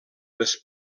les